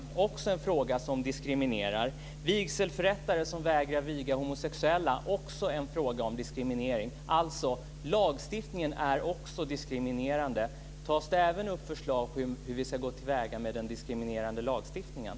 Det är också en fråga om diskriminering. Vigselförrättare som vägrar viga homosexuella är också en fråga om diskriminering. Lagstiftningen är alltså också diskriminerande. Tas det även upp förslag på hur vi ska gå till väga med den diskriminerande lagstiftningen?